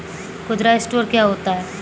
खुदरा स्टोर क्या होता है?